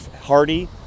Hardy